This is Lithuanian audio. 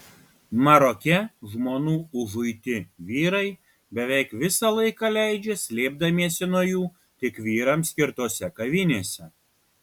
maroke žmonų užuiti vyrai beveik visą laiką leidžia slėpdamiesi nuo jų tik vyrams skirtose kavinėse